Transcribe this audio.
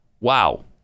Wow